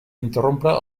interrompre